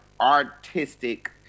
artistic